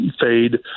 fade